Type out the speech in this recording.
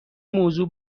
موضوع